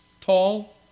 tall